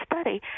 study